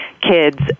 kids